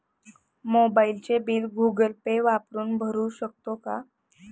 मोबाइलचे bill Google Pay वापरून भरू शकतो का?